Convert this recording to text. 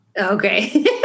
okay